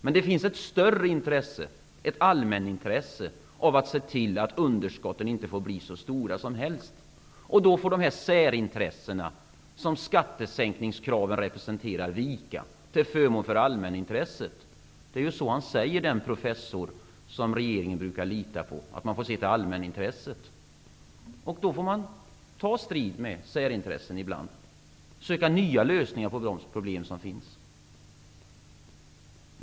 Men det finns ett större intresse, ett allmänintresse, av att se till att underskotten inte får bli hur stora som helst, och då får de särintressen som skattesänkningskraven representerar vika för allmänintresset. Så säger den professor som regeringen brukar lita på. Då får man ta strid med särintressen ibland, söka nya lösningar på de problem som finns.